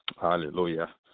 Hallelujah